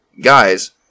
guys